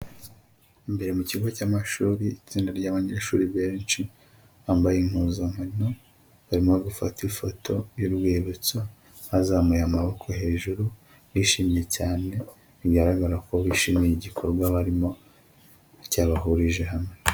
Imbere mu kigo cy'amashuri, itsinda ry'abanyeshuri benshi bambaye impuzankano barimo gufata ifoto y'urwibutso bazamuye amaboko hejuru bishimye cyane, bigaragara ko bishimiye igikorwa barimo cyabahurije hamwe.